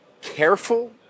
careful